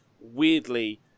weirdly